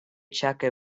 chukka